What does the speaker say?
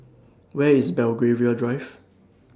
Where IS Belgravia Drive